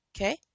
Okay